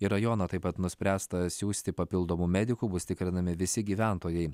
į rajoną taip pat nuspręsta siųsti papildomų medikų bus tikrinami visi gyventojai